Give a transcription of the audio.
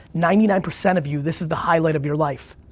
ninety nine percent of you, this is the highlight of your life.